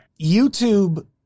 youtube